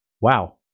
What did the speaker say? wow